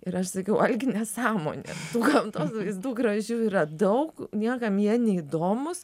ir aš sakiau algi nesąmonė gamtos vaizdų gražių yra daug niekam jie neįdomūs